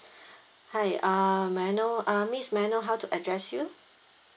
hi uh may I know uh miss may I know how to address you